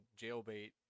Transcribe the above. jailbait